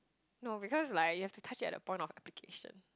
no because like you have to touch it at the point of application